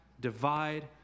divide